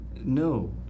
No